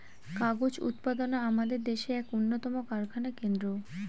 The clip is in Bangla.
কাগজ উৎপাদনা আমাদের দেশের এক উন্নতম কারখানা কেন্দ্র